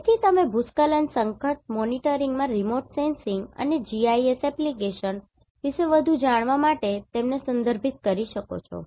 તેથી તમે ભૂસ્ખલન સંકટ મોનિટરિંગમાં રિમોટ સેન્સિંગ અને GIS એપ્લિકેશન વિશે વધુ જાણવા માટે તેમને સંદર્ભિત કરી શકો છો